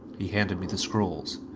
he handed me the scrolls.